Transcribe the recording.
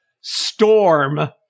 storm